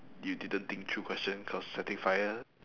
you didn't think through question cause setting fire